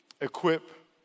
equip